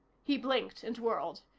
he blinked and whirled.